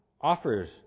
offers